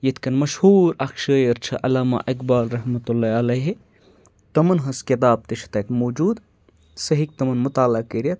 یِتھ کَنۍ مشہوٗر اَکھ شٲعر چھُ علامہ اقبال رحمتُہ اللہ علیہ تِمَن ہٕنٛز کِتاب تہِ چھِ تَتہِ موٗجوٗد سُہ ہیٚکہِ تِمَن مُطالعہ کٔرِتھ